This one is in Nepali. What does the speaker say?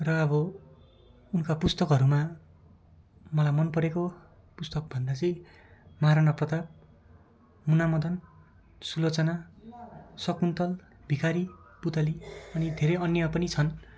र अब उनका पुस्तकहरूमा मलाई मन परेको पुस्तकभन्दा चाहिँ महाराणा प्रताप मुना मदन सुलोचना शाकुन्तल भिखारी पुतली अनि धेरै अन्य पनि छन्